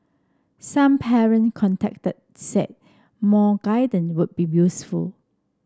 some parent contacted said more would be useful